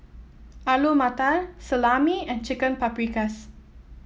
Alu Matar Salami and Chicken Paprikas